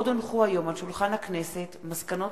מסקנות